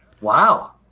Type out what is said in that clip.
Wow